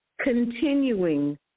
continuing